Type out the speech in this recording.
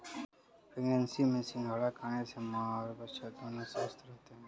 pregnancy में सिंघाड़ा खाने से मां और बच्चा दोनों स्वस्थ रहते है